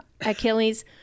achilles